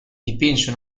dipinse